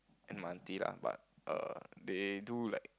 and my aunty lah but err they do like